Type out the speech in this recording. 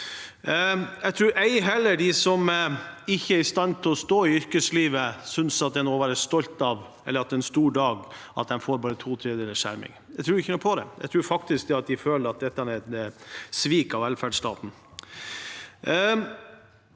Jeg tror ei heller at de som ikke er i stand til å stå i yrkeslivet, synes at det er noe å være stolt av, eller at det er en stor dag, at de bare får to tredjedels skjerming. Jeg tror ikke det. Jeg tror faktisk de føler at dette er et svik av velferdsstaten.